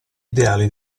ideali